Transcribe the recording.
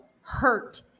hurt